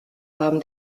haben